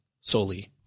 solely